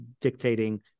dictating